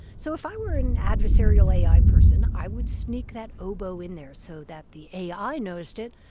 so if i were an adversarial ai person, i would sneak that oboe in there so that the ai noticed it,